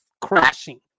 crashing